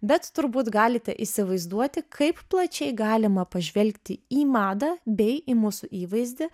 bet turbūt galite įsivaizduoti kaip plačiai galima pažvelgti į madą bei į mūsų įvaizdį